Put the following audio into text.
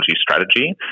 strategy